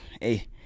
hey